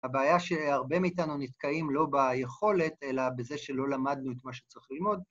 הבעיה שהרבה מאיתנו נתקעים לא ביכולת, אלא בזה שלא למדנו את מה שצריך ללמוד